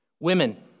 women